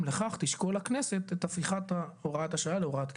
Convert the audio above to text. לכך תשקול הכנסת את הפיכת הוראת השעה להוראת קבע",